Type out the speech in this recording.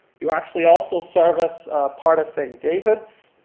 you actually also service part of st. davids,